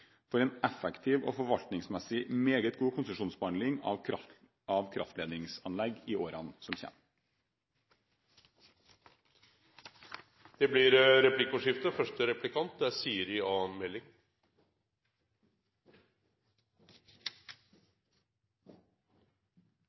for en effektiv og forvaltningsmessig meget god konsesjonsbehandling av kraftledningsanlegg i årene som kommer. Det blir replikkordskifte. Det er forståelig at mange lokalsamfunn, kommuner og grunneiere, er